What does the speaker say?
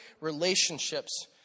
relationships